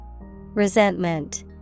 Resentment